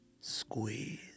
Squeeze